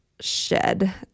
shed